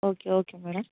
okay okay madam